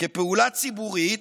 כ"פעולה ציבורית